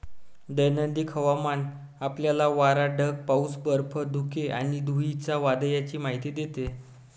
दैनंदिन हवामान आपल्याला वारा, ढग, पाऊस, बर्फ, धुके आणि धुळीच्या वादळाची माहिती देते